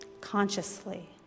consciously